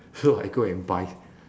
so I go and buy